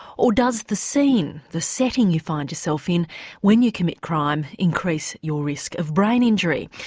or does the scene, the setting you find yourself in when you commit crime increase your risk of brain injury?